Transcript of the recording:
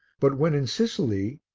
but when in sicily,